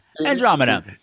Andromeda